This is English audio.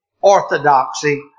orthodoxy